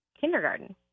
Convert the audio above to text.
kindergarten